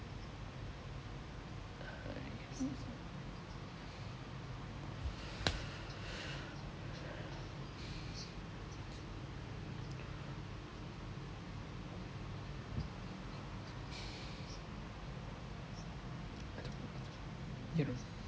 you know